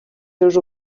seus